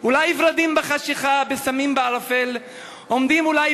// אולי ורדים בחשכה / בשמים בערפל / עומדים אולי,